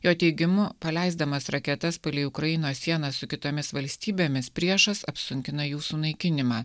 jo teigimu paleisdamas raketas palei ukrainos sieną su kitomis valstybėmis priešas apsunkina jų sunaikinimą